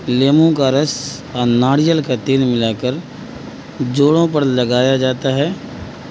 لیمو کا رس اور ناریل کا تیل ملا کر جوڑوں پر لگایا جاتا ہے